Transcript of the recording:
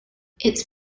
its